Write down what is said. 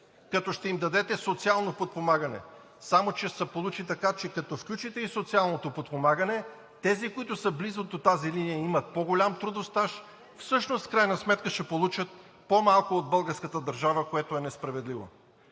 като ще им дадете социално подпомагане, само че ще се получи така, че като включите и социалното подпомагане, тези, които са близо до тази линия и имат по-голям трудов стаж, всъщност в крайна сметка ще получат по-малко от българската държава, което е несправедливо.